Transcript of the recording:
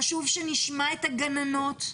חשוב שנשמע את הגננות.